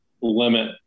limit